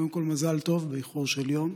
קודם כול מזל טוב, באיחור של יום.